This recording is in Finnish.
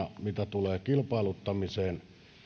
tulee kilpailuttamiseen ja matkustajamäärien